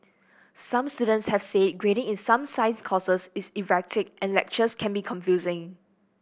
some students have said grading in some science courses is erratic and lectures can be confusing